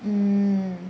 mm